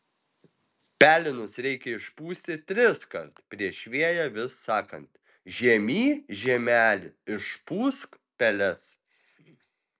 pelenus reikia išpūsti triskart prieš vėją vis sakant žiemy žiemeli išpūsk peles